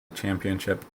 championship